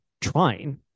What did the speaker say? trying